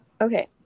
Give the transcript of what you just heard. Okay